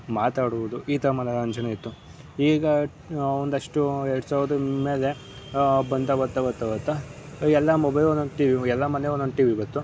ಮಾತಾಡೋದು ಈ ಥರ ಮನೋರಂಜನೆ ಇತ್ತು ಈಗ ಒಂದಷ್ಟು ಎರ್ಡು ಸಾವ್ರ್ದ ಮೇಲೆ ಬಂದು ಬರ್ತಾ ಬರ್ತಾ ಬರ್ತಾ ಎಲ್ಲ ಮೊಬೈಲ್ ಒಂದೊಂದು ಟಿವಿ ಎಲ್ಲ ಮನೆಗೆ ಒಂದೊಂದು ಟಿವಿ ಇವತ್ತು